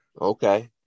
Okay